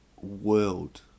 world